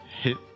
hit